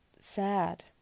sad